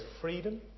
freedom